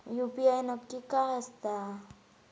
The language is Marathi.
यू.पी.आय नक्की काय आसता?